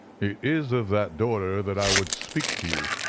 it is of that daughter that i would speak to you,